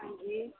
ਹਾਂਜੀ